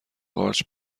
قارچ